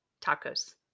Tacos